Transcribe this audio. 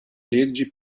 leggi